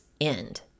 end